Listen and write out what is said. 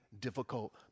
difficult